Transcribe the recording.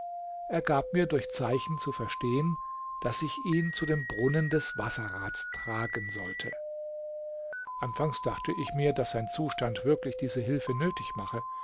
er gab mir durch zeichen zu verstehen daß ich ihn zu dem brunnen des wasserrads tragen sollte anfangs dachte ich mir daß sein zustand wirklich diese hilfe nötig mache